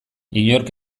inork